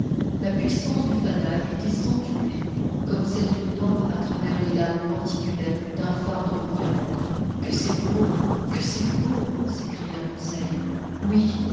la puissance du fanal était centuplée comme celle d'une lampe à travers les lames lenticulaires d'un phare de premier ordre que c'est beau que c'est beau s'écria conseil oui